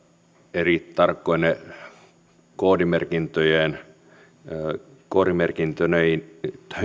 eri tarkkoine koodimerkintöineen koodimerkintöineen